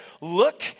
look